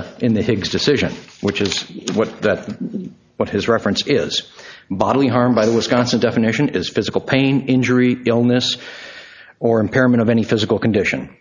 dipped in the higgs decision which is what that what his reference is bodily harm by the wisconsin definition is physical pain injury illness or impairment of any physical condition